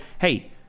hey